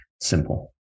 simple